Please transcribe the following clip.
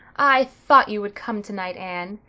i thought you would come tonight, anne,